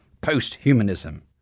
post-humanism